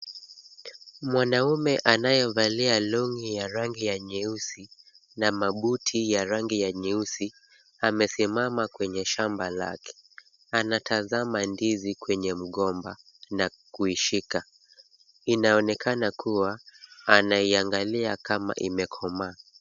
Mwanaume anayevalia long'i ya rangi ya nyeusi na mabuti ya rangi ya nyeusi amesimama kwenye shamba lake, anatazama ndizi kwenye mgomba na kuishika, inaonekana kuwa anaiangalia kama imekomaa.